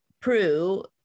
Prue